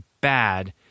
bad